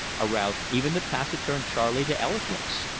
aroused even the taciturn charley to eloquence.